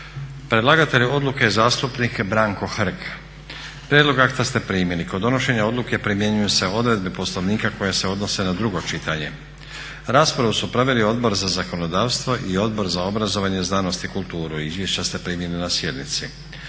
Predlagatelj zastupnik Branko Hrg. Prijedlog akta ste primili. Kod donošenje odluke primjenjuju se odredbe Poslovnika koje se odnose na drugo čitanje. Raspravu su proveli Odbor za zakonodavstvo i Odbor za obrazovanje, znanost i kulturu. Izvješća ste primili na sjednici.